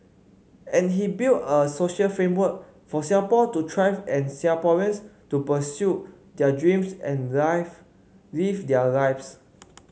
and he build a social framework for Singapore to thrive and Singaporeans to pursue their dreams and live live their lives